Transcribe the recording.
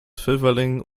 pfifferling